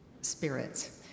spirits